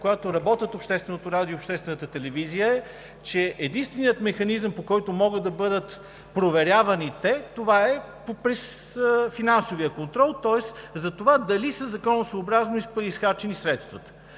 която работят общественото радио и обществената телевизия, е, че единственият механизъм, по който могат да бъдат проверявани те, е през финансовия контрол, тоест за това дали са законосъобразно изхарчени средствата.